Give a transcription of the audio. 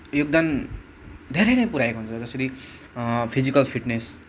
योगदान धेरै नै पुऱ्याएको हुन्छ जसरी फिजिकल फिट्नेस